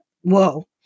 whoa